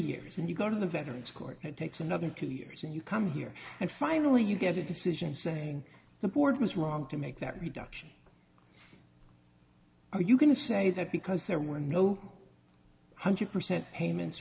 years and you go to the veterans court and takes another two years and you come here and finally you get a decision saying the board was wrong to make that reduction or you can say that because there were no hundred percent payments